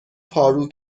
پارو